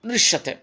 दृश्यते